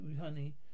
honey